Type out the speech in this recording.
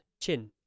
chin